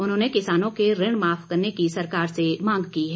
उन्होंने किसानों के ऋण माफ करने की सरकार से मांग की है